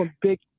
big